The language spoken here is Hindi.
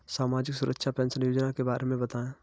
सामाजिक सुरक्षा पेंशन योजना के बारे में बताएँ?